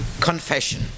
confession